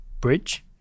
bridge